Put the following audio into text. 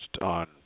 on